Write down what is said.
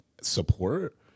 support